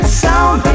sound